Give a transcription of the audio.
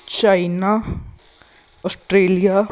China Australia